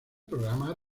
programa